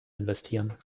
investieren